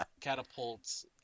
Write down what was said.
catapults